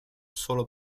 solo